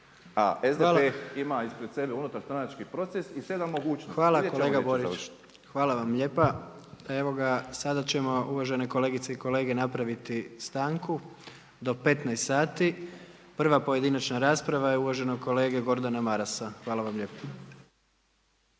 ćemo gdje će završiti. **Jandroković, Gordan (HDZ)** Hvala kolega Borić. Hvala vam lijepa. Evo sada ćemo uvažene kolegice i kolege napraviti stanku do 15,00 sati. Prva pojedinačna rasprava je uvaženog kolege Gordana Marasa. Hvala vam lijepo.